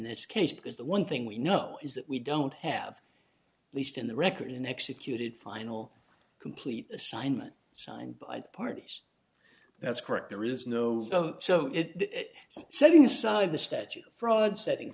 this case because the one thing we know is that we don't have least in the record in executed final complete assignment signed by parties that's correct there is no so it setting aside the statute fraud setting